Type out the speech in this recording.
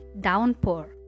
downpour